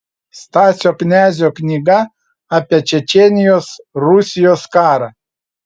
stasio knezio knyga apie čečėnijos rusijos karą